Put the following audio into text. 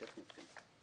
טכנית, כן.